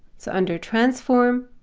so under transform,